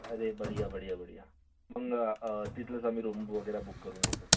अरे बढीया बढीया बढीया मग तिथलंच आम्ही रूम वगैरे बुक करून घेतो